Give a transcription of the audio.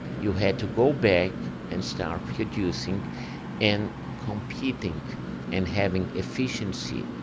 you had to go back and start producing and competing and having efficiency.